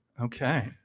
Okay